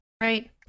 Right